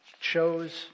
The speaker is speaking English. chose